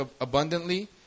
abundantly